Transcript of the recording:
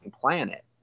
planet